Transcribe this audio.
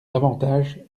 davantage